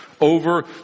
over